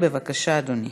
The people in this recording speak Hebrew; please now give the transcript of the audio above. בבקשה, אדוני.